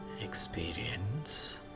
Experience